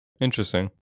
Interesting